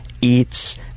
eats